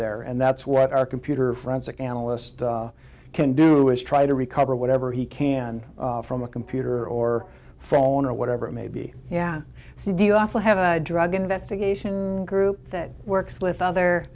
there and that's what our computer forensic analyst can do is try to recover whatever he can from a computer or phone or whatever it may be yeah steve you also have a drug investigation group that works with other